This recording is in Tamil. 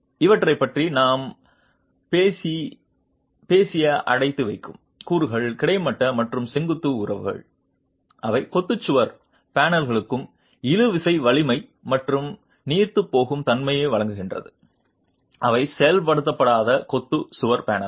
இவற்றைப் பற்றி நாம் பேசிய அடைத்து வைக்கும் கூறுகள் கிடைமட்ட மற்றும் செங்குத்து உறவுகள் அவை கொத்து சுவர் பேனல்களுக்கு இழுவிசை வலிமை மற்றும் நீர்த்துப்போகும் தன்மையை வழங்குகின்றன அவை செயல்படுத்தப்படாத கொத்து சுவர் பேனல்கள்